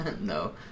No